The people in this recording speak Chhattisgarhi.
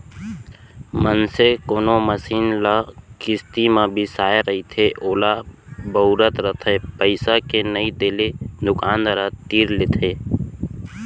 मनसे कोनो मसीन ल किस्ती म बिसाय रहिथे ओला बउरत रहिथे पइसा के नइ देले दुकानदार ह तीर लेथे